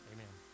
Amen